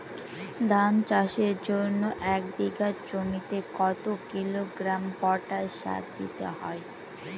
ধান চাষের জন্য এক বিঘা জমিতে কতো কিলোগ্রাম পটাশ সার দিতে হয়?